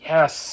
Yes